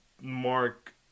Mark